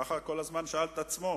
כך הוא כל הזמן שאל את עצמו.